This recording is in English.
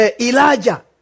Elijah